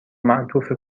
معطوف